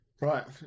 Right